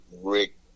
Rick